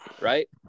Right